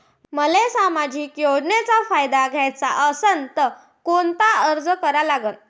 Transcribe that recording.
मले सामाजिक योजनेचा फायदा घ्याचा असन त कोनता अर्ज करा लागन?